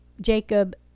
Jacob